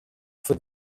for